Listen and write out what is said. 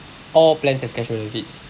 all plans have cash benefits